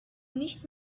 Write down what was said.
nicht